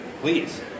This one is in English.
please